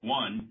one